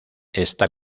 está